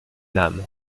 nam